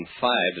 five